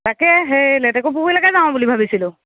তাকে সেই লেটেকু পুখুৰীলৈকে যাওঁ বুলি ভাবিছিলোঁ